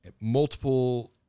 multiple